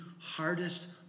hardest